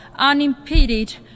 Unimpeded